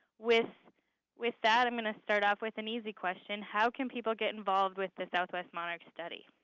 with with that i'm going to start off with an easy question. how can people get involved with the southwest monarch study?